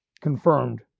confirmed